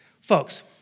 Folks